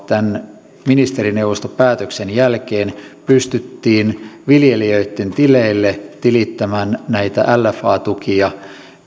tämän ministerineuvoston päätöksen jälkeen pystyttiin viljelijöitten tileille tilittämään näitä lfa tukia